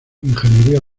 ingeniería